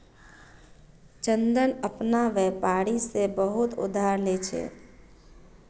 चंदन अपना व्यापारी से बहुत उधार ले छे